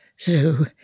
Zoo